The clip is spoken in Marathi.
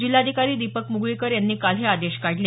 जिल्हाधिकारी दीपक मुगळीकर यांनी काल हे आदेश काढले